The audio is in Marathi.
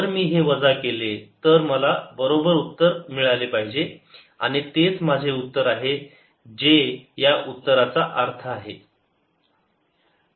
जर मी हे वजा केले तर मला बरोबर उत्तर मिळाले पाहिजे आणि तेच माझे उत्तर आहे हे या आपल्या उत्तराचा अर्थ आहे